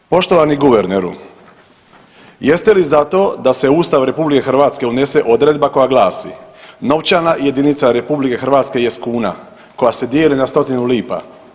Poštovani guverneru, jeste li za to da se u Ustav RH unese odredba koja glasi, novčana jedinica RH jest kuna koja se dijeli na stotinu lipa?